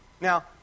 Now